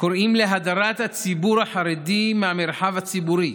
קוראים להדרת הציבור החרדי מהמרחב הציבורי